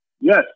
Yes